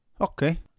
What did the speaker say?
Okay